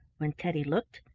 when teddy looked,